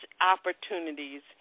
opportunities